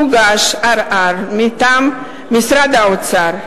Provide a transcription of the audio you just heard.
הוגש ערר מטעם משרד האוצר.